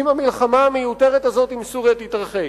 אם המלחמה המיותרת הזאת עם סוריה תתרחש?